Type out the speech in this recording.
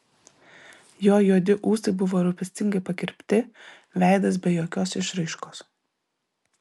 jo juodi ūsai buvo rūpestingai pakirpti veidas be jokios išraiškos